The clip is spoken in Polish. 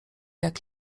jak